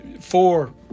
four